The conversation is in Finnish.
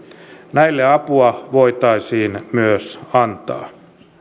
näille apua voitaisiin myös antaa